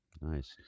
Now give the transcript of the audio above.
Nice